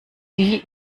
die